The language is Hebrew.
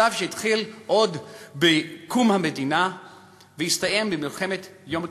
שלב שהתחיל עוד בקום המדינה והסתיים במלחמת יום הכיפורים,